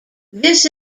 this